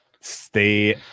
stay